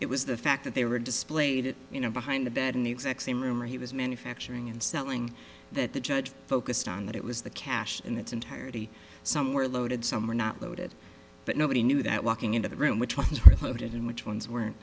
it was the fact that they were displayed at you know behind the bed in the exact same room or he was manufacturing and selling that the judge focused on that it was the cash in its entirety somewhere loaded somewhere not loaded but nobody knew that walking into the room which ones were loaded and which ones were